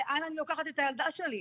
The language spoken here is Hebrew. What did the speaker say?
לאן אני לוקחת את הילדה שלי?